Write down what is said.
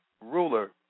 ruler